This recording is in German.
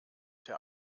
der